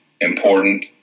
important